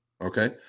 okay